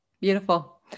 Beautiful